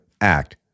Act